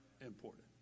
important